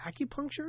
acupuncture